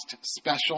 special